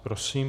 Prosím.